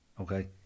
okay